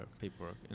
paperwork